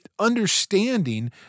Understanding